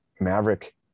Maverick